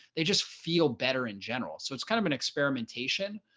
they just feel better in general. so it's kind of an experimentation,